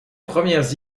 premières